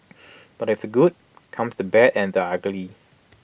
but with the good comes the bad and the ugly